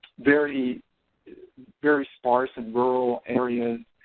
very very sparse and rural areas